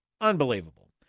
Unbelievable